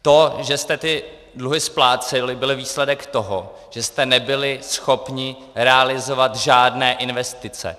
To, že jste dluhy spláceli, byl výsledek toho, že jste nebyli schopni realizovat žádné investice.